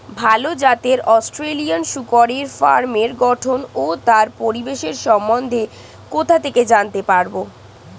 ভাল জাতের অস্ট্রেলিয়ান শূকরের ফার্মের গঠন ও তার পরিবেশের সম্বন্ধে কোথা থেকে জানতে পারবো?